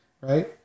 Right